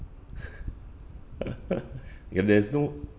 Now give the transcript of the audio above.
ya there's no